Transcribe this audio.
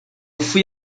fui